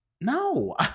no